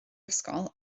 ysgol